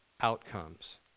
outcomes